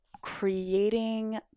creating